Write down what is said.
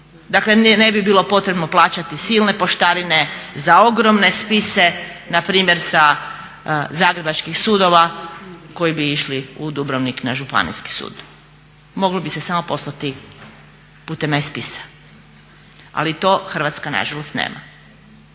Dakle, ne bi bilo potrebno plaćati silne poštarine za ogromne spise npr. sa zagrebačkih sudova koji bi išli u Dubrovnik na županijski sud. Moglo bi se samo poslati putem E spisa. Ali to Hrvatska nažalost nema.